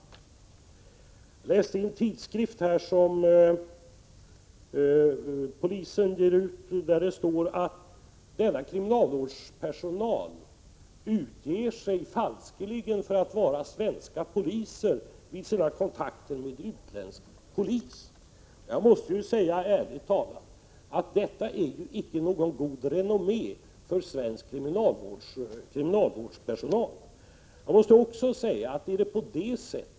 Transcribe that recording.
Jag läste följande i en tidskrift som polisen ger ut: Denna kriminalvårdspersonal utger sig falskeligen för att vara svenska poliser vid sina kontakter med utländsk polis. Jag måste ärligen säga att detta icke är något gott renommé för svensk kriminalvårdspersonal.